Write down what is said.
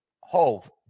Hove